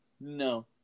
no